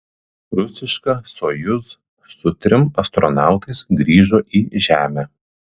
rusiška sojuz su trim astronautais grįžo į žemę